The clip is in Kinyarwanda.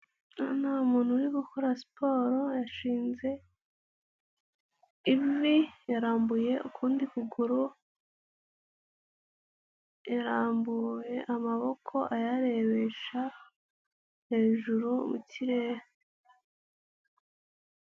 Hano hari muntu uri gukora siporo yashinze ivi yarambuye ukundi kuguru, yarambuye amaboko ayarebesha hejuru mu kirere.